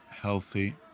healthy